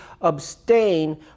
abstain